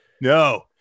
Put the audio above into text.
No